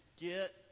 get